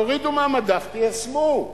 תורידו מהמדף, תיישמו.